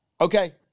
okay